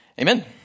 Amen